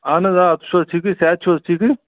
اَہن حظ آ تُہۍ چھُو حظ ٹھیٖکھٕے صحت چھُو حظ ٹھیٖکھٕے